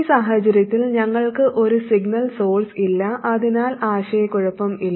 ഈ സാഹചര്യത്തിൽ ഞങ്ങൾക്ക് ഒരു സിഗ്നൽ സോഴ്സ് ഇല്ല അതിനാൽ ആശയക്കുഴപ്പം ഇല്ല